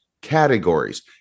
categories